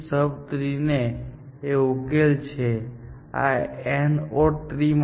સબ tree એ ઉકેલ છે આ AND OR ટ્રી માટે